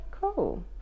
Cool